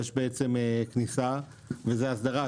יש בעצם כניסה וזה הסדרה.